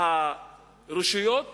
הרשויות הערביות,